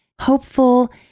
hopeful